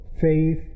faith